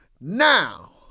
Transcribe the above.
Now